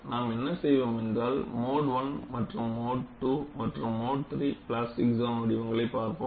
நாம் என்ன செய்வோம் என்றால் மோடு I மோடு II மற்றும் மோடு lll பிளாஸ்டிக் சோன் வடிவங்களை பார்ப்போம்